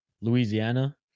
Louisiana